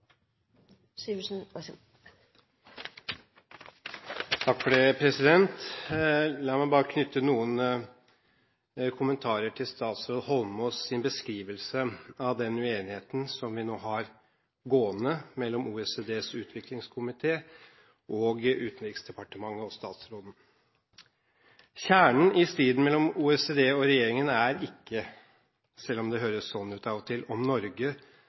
La meg bare knytte noen kommentarer til statsråd Holmås’ beskrivelse av den uenigheten som vi nå har gående mellom OECDs utviklingskomité og Utenriksdepartementet og statsråden. Kjernen i striden mellom OECD og regjeringen er ikke, selv om det høres sånn ut av og til, om Norge